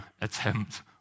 attempt